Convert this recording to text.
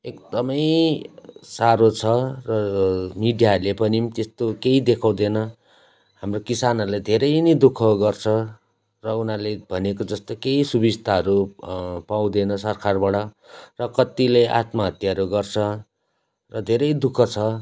एकदमै साह्रो छ र मिडियाहरूले पनि पो त्यस्तो केही देखाउँदैन हाम्रो किसानहरूले धेरै नै दुःख गर्छ र उनीहरूले भनेको जस्तो केही सुविस्ताहरू पाउँदैन सरकारबाट र कत्तिले आत्महत्याहरू गर्छ र धेरै दुःख छ